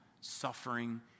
suffering